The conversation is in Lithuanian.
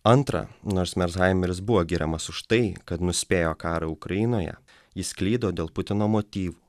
antra nors mershaimeris buvo giriamas už tai kad nuspėjo karą ukrainoje jis klydo dėl putino motyvų